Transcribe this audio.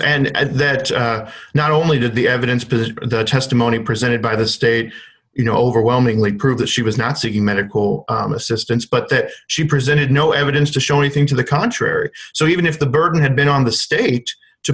and that not only did the evidence to the testimony presented by the state you know overwhelmingly prove that she was not seeking medical assistance but that she presented no evidence to show anything to the contrary so even if the burden had been on the state to